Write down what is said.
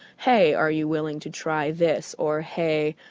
hey, are you willing to try this? or, hey,